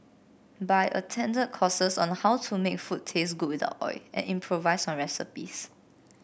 but attended courses on how to make food taste good without oil and improvise on recipes